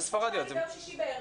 יום שישי בערב,